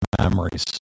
memories